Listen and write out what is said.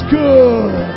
good